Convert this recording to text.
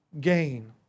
gain